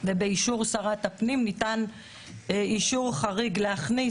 ובאישור שרת הפנים ניתן אישור חריג להכניס